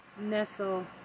Nestle